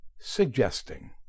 suggesting